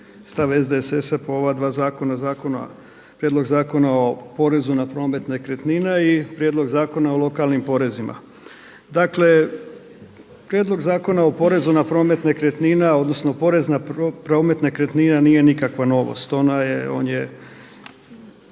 stav SDSS-a po ova dva zakona, zakona, Prijedlog zakona o porezu na promet nekretnina i Prijedlog zakona o lokalnim porezima. Dakle Prijedlog zakona o porezu na promet nekretnina, odnosno porez na promet nekretnina nije nikakva novost, on je